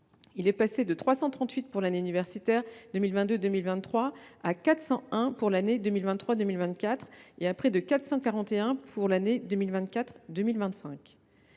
il est passé de 338 pour l’année universitaire 2022 2023, à 401 pour l’année 2023 2024 et à 441 pour l’année 2024 2025.